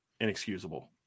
Inexcusable